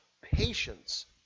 patience